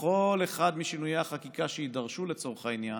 בכל אחד משינויי החקיקה שיידרשו לצורך העניין,